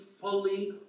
fully